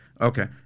Okay